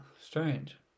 strange